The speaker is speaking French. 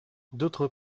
d’autre